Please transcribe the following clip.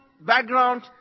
background